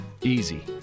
Easy